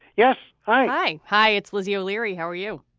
yes. hi. hi, it's lizzie o'leary. how are you?